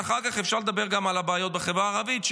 אחר כך אפשר לדבר גם על הבעיות בחברה הערבית,